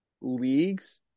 leagues